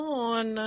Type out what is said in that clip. on